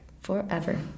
Forever